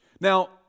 now